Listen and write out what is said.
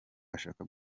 ashaka